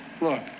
Look